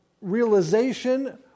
realization